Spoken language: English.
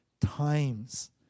times